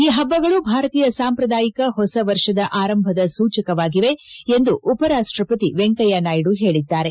ಈ ಹಬ್ಬಗಳು ಭಾರತೀಯ ಸಾಂಪ್ರದಾಯಿಕ ಹೊಸ ವರ್ಷದ ಆರಂಭದ ಸೂಚಕವಾಗಿದೆ ಎಂದು ಉಪರಾಷ್ಟಪತಿ ವೆಂಕಯ್ದ ನಾಯ್ದು ಹೇಳಿದ್ದಾರೆ